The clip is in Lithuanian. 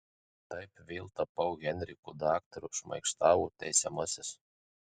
taip vėl tapau henriku daktaru šmaikštavo teisiamasis